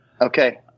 Okay